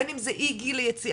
בין אם זה לאיגי ליציאה